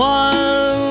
one